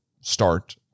start